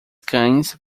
cães